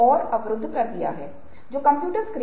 तो आप क्या करेंगे